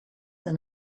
than